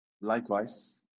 Likewise